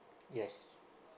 yes